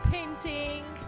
Painting